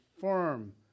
firm